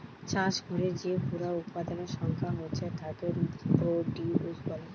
চাষ কোরে যে পুরা উৎপাদনের সংখ্যা হচ্ছে তাকে প্রডিউস বলে